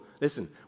Listen